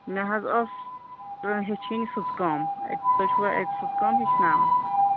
مےٚ حظ ٲس تانۍ ہیٚچھِنۍ سٕژٕ کٲم اَتہِ تُہۍ چھُوا اَتہِ سٕژ کٲم ہیٚچھناوان